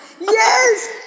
Yes